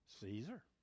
Caesar